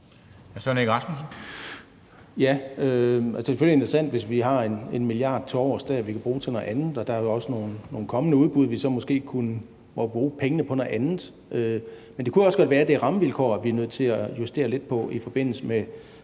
Søren Egge Rasmussen (EL): Det er jo selvfølgelig interessant, hvis vi dér har 1 mia. kr. tilovers, vi kan bruge til noget andet, og der er jo også nogle kommende udbud, hvor vi så måske kunne bruge pengene på noget andet. Men det kunne jo også godt være, at det er rammevilkår, vi er nødt til at justere lidt på i forbindelse med